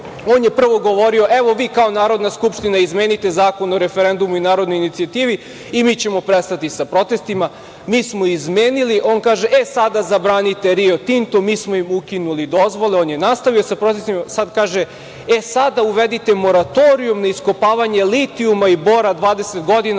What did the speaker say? On je prvo govorio - evo, vi kao Narodna skupština izmenite Zakon o referendumu i narodnoj inicijativi i mi ćemo prestati sa protestima. Mi smo izmenili, a on kaže – e, sada zabranite „Rio Tinto“. Mi smo im ukinuli dozvole, a on je nastavio sa protestima. Sad kaže – e, sada uvedite moratorijum na iskopavanje litijuma i Bora 20 godina,